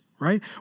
right